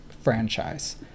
franchise